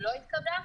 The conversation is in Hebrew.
לא התקבלה,